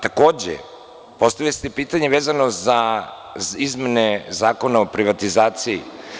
Takođe, postavili ste pitanje vezano za izmene Zakona o privatizaciji.